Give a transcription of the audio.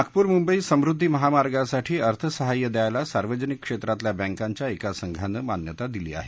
नागपूर मुंबई समृद्धी महामार्गासाठी अर्थसहाय्य द्यायला सार्वजनिक क्षेत्रातल्या बँकांच्या एका संघानं मान्यता दिली आहे